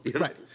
Right